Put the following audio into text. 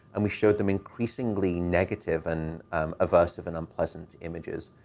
and we showed them increasingly negative and aversive and unpleasant images.